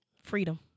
Freedom